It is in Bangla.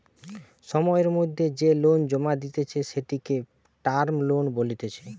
সময়ের মধ্যে যে লোন জমা দিতেছে, সেটিকে টার্ম লোন বলতিছে